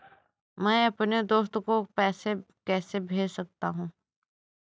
मैं अपने दोस्त को पैसे कैसे भेज सकता हूँ?